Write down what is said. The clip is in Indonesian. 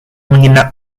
menginap